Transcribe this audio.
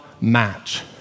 match